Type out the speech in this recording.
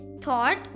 thought